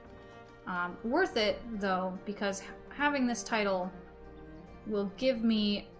um worth it though because having this title will give me